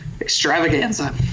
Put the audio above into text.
Extravaganza